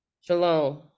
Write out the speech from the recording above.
shalom